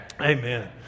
Amen